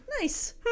Nice